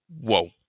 whoa